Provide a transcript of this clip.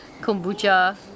kombucha